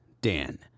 Dan